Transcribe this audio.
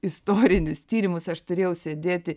istorinius tyrimus aš turėjau sėdėti